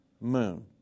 moon